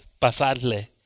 pasarle